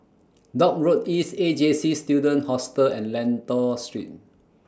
Dock Road East A J C Student Hostel and Lentor Street